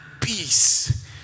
peace